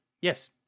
Yes